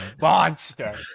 monster